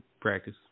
practice